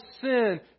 sin